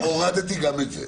הורדתי גם את זה.